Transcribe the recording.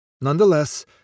Nonetheless